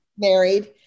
married